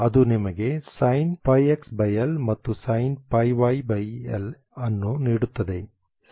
ಅದು ನಿಮಗೆ sinπxL ಮತ್ತು sinπyL ಅನ್ನು ನೀಡುತ್ತದೆ